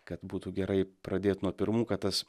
kad būtų gerai pradėt nuo pirmų kad tas